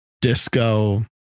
disco